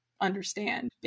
understand